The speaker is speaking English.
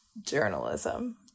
journalism